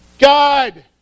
God